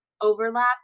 overlap